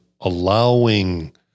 allowing